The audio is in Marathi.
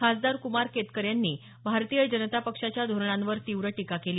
खासदार कुमार केतकर यांनी भारतीय जनता पक्षाच्या धोरणांवर तीव्र टीका केली